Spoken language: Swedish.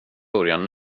börjar